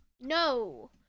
No